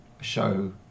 show